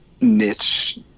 niche